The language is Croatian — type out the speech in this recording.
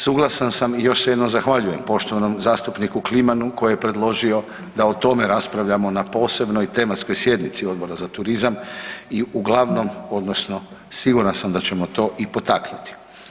Suglasan sam i još se jednom zahvaljujem poštovanom zastupniku Klimanu koji je predložio da o tome raspravljamo na posebnoj tematskoj sjednici Odbora za turizam i uglavnom, odnosno siguran sam da ćemo to i potaknuti.